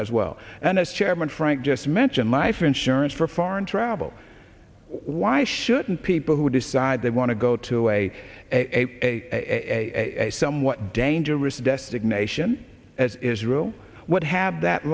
as well and as chairman frank just mentioned life insurance for foreign travel why shouldn't people who decide they want to go to a a somewhat dangerous destination as israel would have that